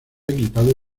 equipado